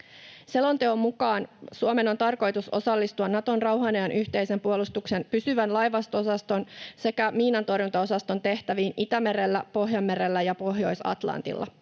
Selonteon mukaan Suomen on tarkoitus osallistua Naton rauhan ajan yhteisen puolustuksen pysyvän laivasto-osaston sekä pysyvän miinantorjuntaosaston tehtäviin Itämerellä, Pohjanmerellä ja Pohjois-Atlantilla.